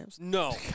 No